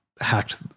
Hacked